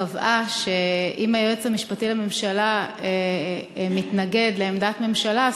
קבעה שאם היועץ המשפטי לממשלה מתנגד לעמדת ממשלה,